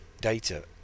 data